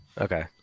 Okay